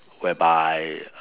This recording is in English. whereby